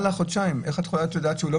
על החודשיים איך את יודעת שהוא לא